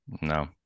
No